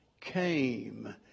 came